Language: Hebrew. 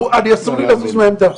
'אסור לי לזוז מהעמדה.